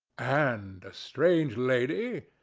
and a strange lady?